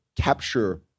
capture